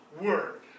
Word